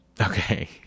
okay